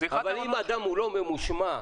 אבל אדם לא ממושמע,